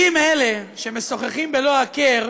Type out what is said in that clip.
אם אלה שמשוחחים בלא הכר,